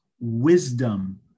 wisdom